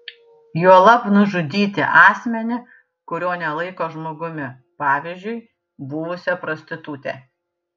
juolab nužudyti asmenį kurio nelaiko žmogumi pavyzdžiui buvusią prostitutę